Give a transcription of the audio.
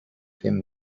him